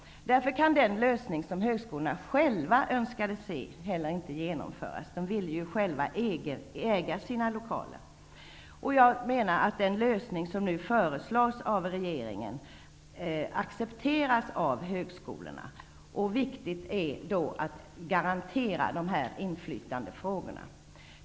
Därför kan inte heller den lösning som högskolorna själva önskade se genomföras. De ville ju själva äga sina lokaler. Jag menar att den lösning som nu föreslås av regeringen accepteras av högskolorna. Viktigt är att garantera deras inflytande i dessa frågor.